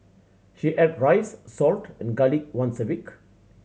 she ate rice salt and garlic once a week